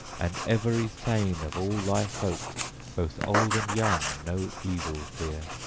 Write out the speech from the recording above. and every thane of all thy folk both old and young no evil fear,